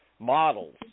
models